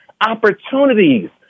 opportunities